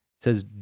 says